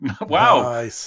Wow